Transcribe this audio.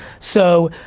so,